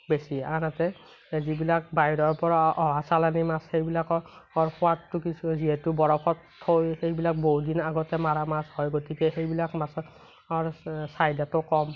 বেছি আনহাতে যিবিলাক বাহিৰৰ পৰা অহা চালানি মাছ সেইবিলাকৰ সোৱা সোৱাদটো কিছু যিহেতু বৰফত থৈ সেইবিলাক বহুতদিন আগতে মাৰা মাছ হয় গতিকে সেইবিলাক মাছৰ অৰ চাহিদাটো কম